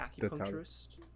acupuncturist